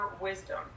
wisdom